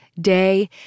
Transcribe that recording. day